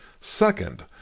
Second